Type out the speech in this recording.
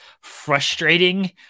frustrating